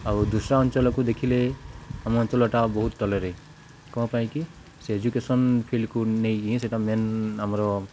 ଆଉ ଦୁସ୍ରା ଅଞ୍ଚଳକୁ ଦେଖିଲେ ଆମ ଅଞ୍ଚଳଟା ବହୁତ ତଳରେ କ'ଣ ପାଇଁକି ସେ ଏଜୁକେସନ୍ ଫିଲ୍ଡକୁ ନେଇକିଁ ସେଇଟା ମେନ୍ ଆମର